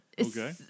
Okay